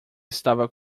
estava